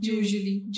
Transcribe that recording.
usually